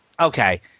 okay